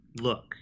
look